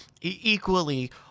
equally